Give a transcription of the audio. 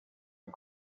and